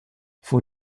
vor